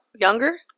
younger